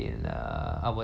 right fifteen